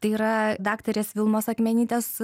tai yra daktarės vilmos akmenytės